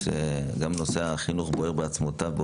שנושא החינוך בוער בעצמותיו,